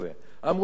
אמרו: יופי,